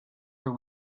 her